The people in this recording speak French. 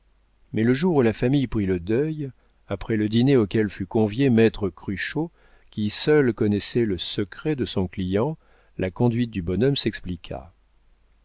mais le jour où la famille prit le deuil après le dîner auquel fut convié maître cruchot qui seul connaissait le secret de son client la conduite du bonhomme s'expliqua